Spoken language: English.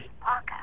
Parker